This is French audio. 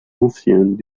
ancienne